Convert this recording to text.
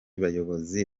bayobozi